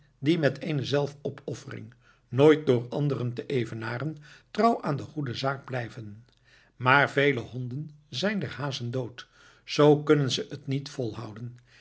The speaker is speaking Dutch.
die met eene zelfopoffering nooit door anderen te evenaren trouw aan de goede zaak blijven maar vele honden zijn der hazen dood z kunnen ze het niet volhouden